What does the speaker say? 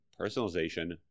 personalization